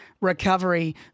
recovery